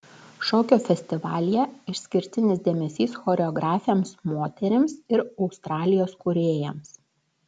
šokio festivalyje išskirtinis dėmesys choreografėms moterims ir australijos kūrėjams